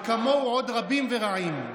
וכמוהו עוד רבים ורעים.